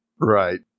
Right